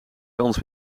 kans